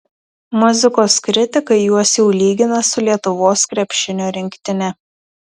muzikos kritikai juos jau lygina su lietuvos krepšinio rinktine